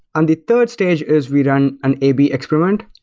um the third stage is we run an a b experiment,